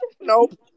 Nope